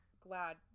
glad